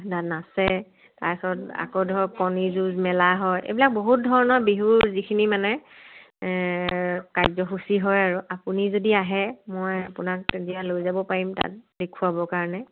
না নাচে তাৰ পাছত আকৌ ধৰক কণী যুঁজ মেলা হয় এইবিলাক বহুত ধৰণৰ বিহুৰ যিখিনি মানে কাৰ্যসূচী হয় আৰু আপুনি যদি আহে মই আপোনাক তেতিয়া লৈ যাব পাৰিম তাত দেখুৱাবৰ কাৰণে